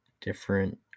different